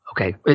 Okay